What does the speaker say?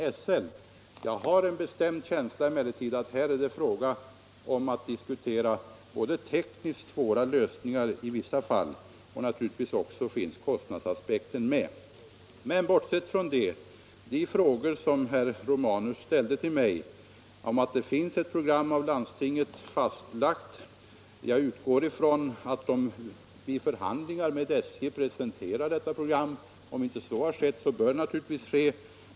Jag har emellertid en bestämd känsla av att det här i många fall gäller tekniskt svåra lösningar, och naturligtvis finns även kostnadsaspekten med. När det gäller den första av herr Romanus frågor till mig vill jag säga att jag utgår från att landstinget vid förhandlingar med SJ presenterar sitt program för förbättringar av pendeltågsstationerna. Om det inte redan skett, bör man naturligtvis göra detta.